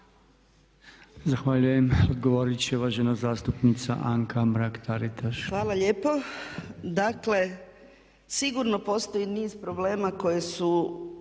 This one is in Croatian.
Zahvaljujem. Odgovorit će uvažena zastupnica Anka Mrak-Taritaš. **Mrak-Taritaš, Anka (HNS)** Hvala lijepo. Dakle, sigurno postoji niz problema koji su